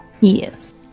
Yes